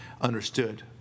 understood